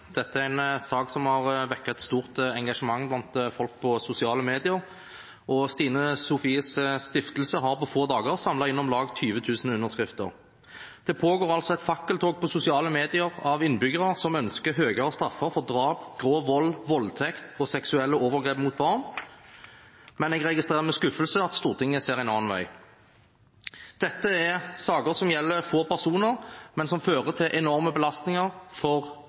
Dette er en sak som har vakt et stort engasjement blant folk på sosiale medier, og Stine Sofies Stiftelse har på få dager samlet inn om lag 20 000 underskrifter. Det pågår altså på sosiale medier et fakkeltog av innbyggere som ønsker høyere straffer for drap, grov vold, voldtekt og seksuelle overgrep mot barn, men jeg registrerer med skuffelse at Stortinget ser en annen vei. Dette er saker som gjelder få personer, men som fører til enorme belastninger for